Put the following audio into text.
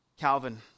Calvin